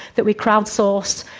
that we crowdsourced.